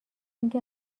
اینکه